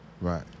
right